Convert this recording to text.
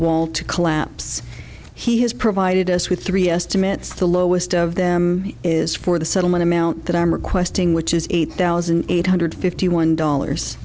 wall to collapse he has provided us with three estimates the lowest of them is for the settlement amount that i'm requesting which is eight thousand eight hundred fifty one dollars